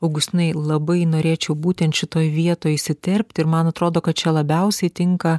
augustinai labai norėčiau būtent šitoj vietoj įsiterpti ir man atrodo kad čia labiausiai tinka